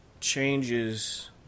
changes